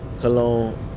Cologne